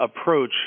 approach